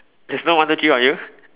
there's no one two three for you